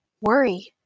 Worry